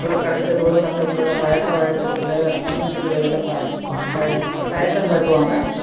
ஒரு கடைத்தெருவு மற்றவங்களோட பழக்கம் வழக்கங்கள் புரிஞ்சிக்குறதில் ப தயக்கம் காட்டுவாங்க